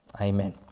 Amen